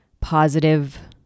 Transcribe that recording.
positive